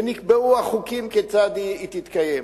ונקבעו החוקים כיצד היא תתקיים.